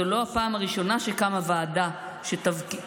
זו לא הפעם הראשונה שקמה ועדה שתפקידה